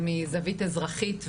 ומזווית אזרחית ומגדרית.